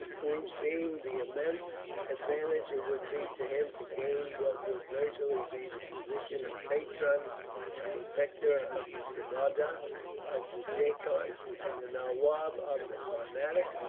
who, seeing the immense advantage it would be to him to gain what would virtually be the position of patron and protector of the subadar of the deccan, and the nawab of the carnatic,